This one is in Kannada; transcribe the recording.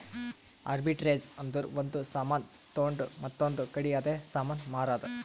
ಅರ್ಬಿಟ್ರೆಜ್ ಅಂದುರ್ ಒಂದ್ ಸಾಮಾನ್ ತೊಂಡು ಮತ್ತೊಂದ್ ಕಡಿ ಅದೇ ಸಾಮಾನ್ ಮಾರಾದ್